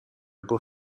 beau